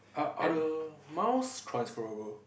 are are the miles transferrable